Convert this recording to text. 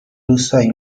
روستایی